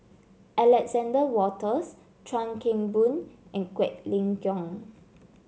Alexander Wolters Chuan Keng Boon and Quek Ling Kiong